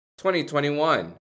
2021